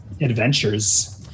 adventures